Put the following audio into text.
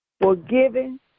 forgiving